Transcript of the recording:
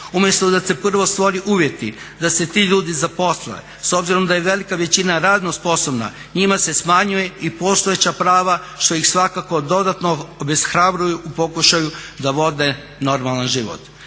Umjesto da se prvo stvore uvjeti da se ti ljudi zaposle s obzirom da je velika većina radno sposobna njima se smanjuje i postojeća prava što ih svakako dodatno obeshrabljuju u pokušaju da vode normalan život.